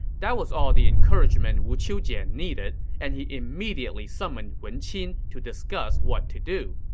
that was all the encouragement wu qiujian needed, and he immediately summoned wen qin to discuss what to do.